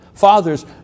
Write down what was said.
fathers